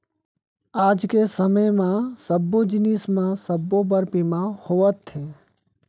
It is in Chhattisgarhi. आज के समे म सब्बो जिनिस म सबो बर बीमा होवथे